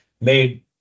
made